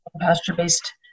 pasture-based